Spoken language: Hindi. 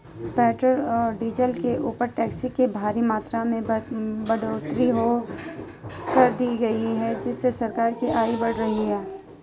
पेट्रोल और डीजल के ऊपर टैक्स की भारी मात्रा में बढ़ोतरी कर दी गई है जिससे सरकार की आय बढ़ रही है